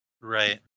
Right